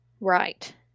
Right